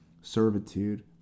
servitude